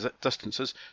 distances